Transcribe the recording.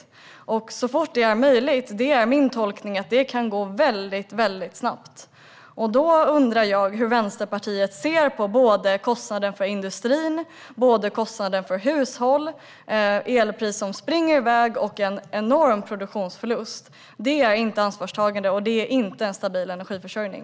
Som jag ser det kan "så fort det är möjligt" gå väldigt snabbt. Hur ser Vänsterpartiet på kostnaden för industrin och för hushåll med elpriser som rusar iväg och ger en enorm produktionsförlust? Detta är inte att ta ansvar och ger inte en stabil energiförsörjning.